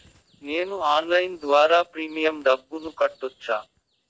నేను ఆన్లైన్ ద్వారా ప్రీమియం డబ్బును కట్టొచ్చా?